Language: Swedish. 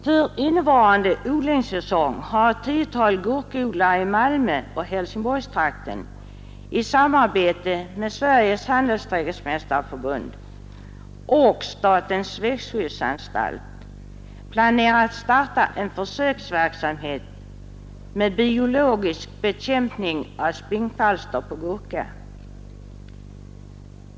För innevarande odlingssäsong har ett tiotal gurkodlare i Malmöoch Helsingsborgstrakten, i samarbete med Sveriges handelsträdgårdsmästareförbund och statens växtskyddsanstalt, planerat att starta en försöksverksamhet med biologisk bekämpning av spinnkvalster på gurka.